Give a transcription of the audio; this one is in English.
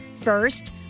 First